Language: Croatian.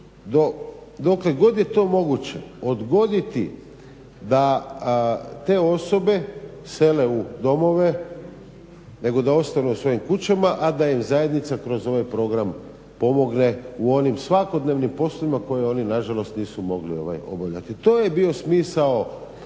dokle god je to moguće odgoditi da te osobe sele u domove, nego da ostanu u svojim kućama a da im zajednica kroz ovaj program pomogne u onim svakodnevnim poslovima koje oni nažalost nisu mogli obavljati.